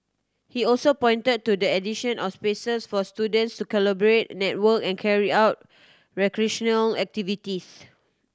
he also pointed to the addition of spaces for students to collaborate network and carry out recreational activities